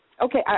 Okay